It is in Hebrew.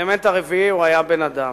האלמנט הרביעי, הוא היה בן-אדם.